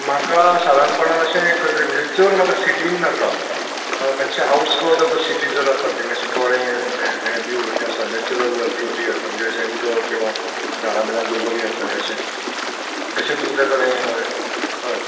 म्हाका सादारणपणान अशें एक खंय तरी म्हणजे अशें चड म्हाका सिटीन नाका म्हळ्यार मात्शें आउटस्कर्ट ऑफ द सिटी जर आसत नी मात्शें थोडें ऐं नॅचरल ब ब्युटी म्हणजे अशें उदक किंवां झाडां बिडां जर बरीं आसा जाल्यार अशें अशें तुमच्या कडेन हय हय